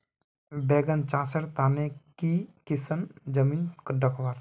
बैगन चासेर तने की किसम जमीन डरकर?